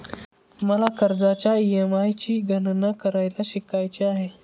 मला कर्जाच्या ई.एम.आय ची गणना करायला शिकायचे आहे